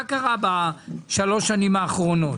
מה קרה בשלוש השנים האחרונות?